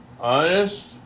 honest